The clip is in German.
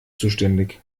zuständig